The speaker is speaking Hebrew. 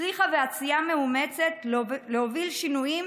הצליחה בעשייה מאומצת להוביל שינויים